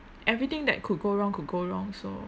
everything that could go wrong could go wrong so